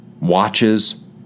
watches